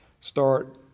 start